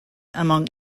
among